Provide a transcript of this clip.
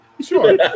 Sure